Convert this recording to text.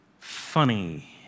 funny